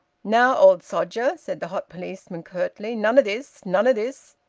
now, old sodger, said the hot policeman curtly. none o' this! none o' this!